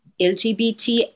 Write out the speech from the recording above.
LGBT